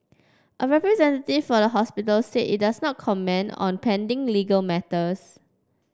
a representative for the hospital said it does not comment on pending legal matters